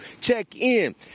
check-in